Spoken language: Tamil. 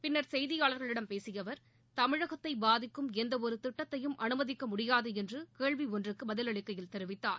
பின்னர் செய்தியாளர்களிடம் பேசிய அவர் தமிழகத்தை பாதிக்கும் எந்த ஒரு திட்டத்தையும் அமுதிக்க முடியாது என்று கேள்வி ஒன்றுக்கு பதிலளிக்கையில் தெரிவித்தார்